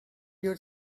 your